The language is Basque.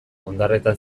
ondarretan